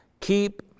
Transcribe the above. keep